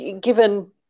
given